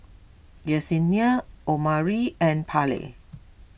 Yessenia Omari and Parley